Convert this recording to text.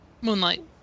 Moonlight